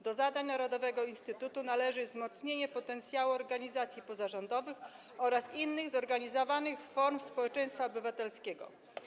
Do zadań narodowego instytutu należy także wzmocnienie potencjału organizacji pozarządowych oraz innych zorganizowanych form społeczeństwa obywatelskiego.